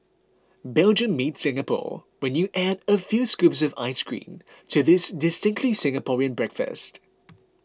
Belgium meets Singapore when you add a few scoops of ice cream to this distinctively Singaporean breakfast